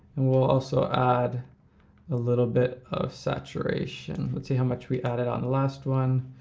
and we'll also add a little bit of saturation, but see how much we added on the last one,